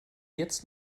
jetzt